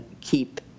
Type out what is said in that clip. keep